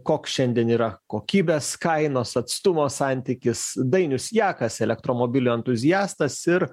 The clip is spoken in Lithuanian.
koks šiandien yra kokybės kainos atstumo santykis dainius jakas elektromobilių entuziastas ir